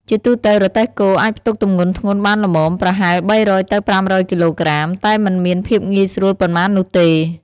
ជាទូទៅ រទេះគោអាចផ្ទុកទម្ងន់ធ្ងន់បានល្មម ប្រហែល ៣០០ ទៅ ៥០០ គីឡូក្រាម តែមិនមានភាពងាយស្រួលប៉ុន្មាននោះទេ ។